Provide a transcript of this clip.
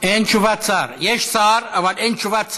יש שר, אבל אין תשובת שר,